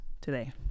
today